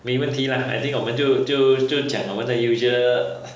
没问题 lah I think 我们就就就讲我们的 usual